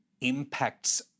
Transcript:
impacts